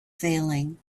failing